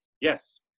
yes